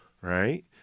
Right